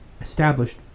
established